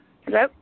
Hello